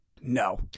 No